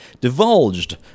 divulged